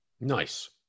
Nice